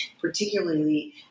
particularly